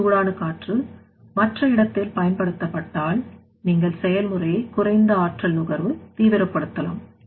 இந்த சூடான காற்று மற்ற இடத்தில் பயன்படுத்தப்பட்டால் நீங்கள் செயல்முறையை குறைந்த ஆற்றல் நுகர்வு தீவிரப்படுத்தலாம்